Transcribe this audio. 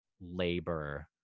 labor